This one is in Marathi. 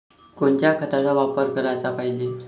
कोनच्या खताचा वापर कराच पायजे?